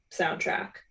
soundtrack